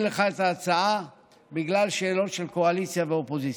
לך את ההצעה בגלל שאלות של קואליציה ואופוזיציה.